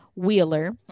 wheeler